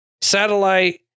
Satellite